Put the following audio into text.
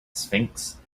sphinx